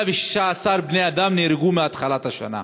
116 בני-אדם נהרגו מהתחלת השנה,